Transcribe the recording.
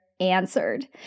answered